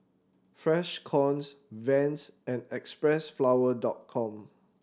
Freshkons Vans and Xpressflower Dot Com